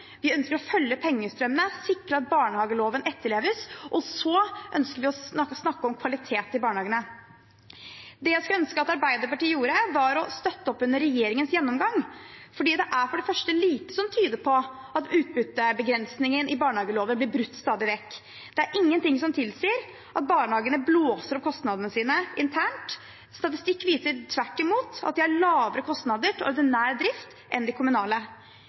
Vi ønsker å følge pengestrømmene, sikre at barnehageloven etterleves, og vi ønsker å snakke om kvalitet i barnehagene. Det jeg skulle ønske at Arbeiderpartiet gjorde, var å støtte opp under regjeringens gjennomgang. Det er for det første lite som tyder på at utbyttebegrensningen i barnehageloven blir brutt stadig vekk, og det er ingenting som tilsier at barnehagene blåser opp kostnadene sine internt. Statistikk viser tvert imot at de private har lavere kostnader til ordinær drift enn de kommunale.